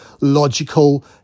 logical